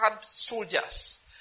soldiers